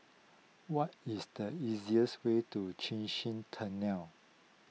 what is the easiest way to Chin Swee Tunnel